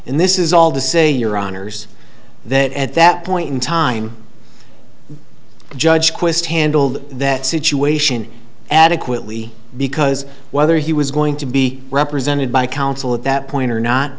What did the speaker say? and this is all the say your honour's that at that point in time the judge quist handled that situation adequately because whether he was going to be represented by counsel at that point or not